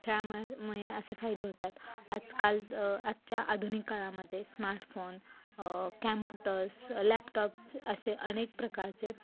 खेळाममुळे असे फायदे होतात आजकाल आजच्या आधुनिक काळामध्ये स्मार्टफोन कॅम्पुटर्स लॅपटॉप्स असे अनेक प्रकारचे